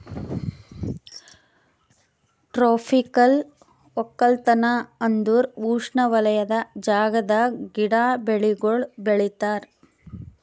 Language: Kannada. ಟ್ರೋಪಿಕಲ್ ಒಕ್ಕಲತನ ಅಂದುರ್ ಉಷ್ಣವಲಯದ ಜಾಗದಾಗ್ ಗಿಡ, ಬೆಳಿಗೊಳ್ ಬೆಳಿತಾರ್